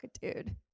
dude